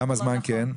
כמה זמן כן?